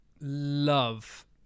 love